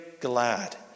glad